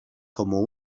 como